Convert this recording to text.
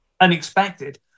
Unexpected